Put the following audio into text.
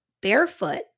barefoot